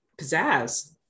pizzazz